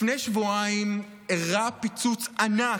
לפני שבועיים אירע פיצוץ ענק,